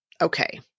okay